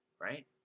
right